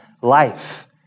life